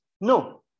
No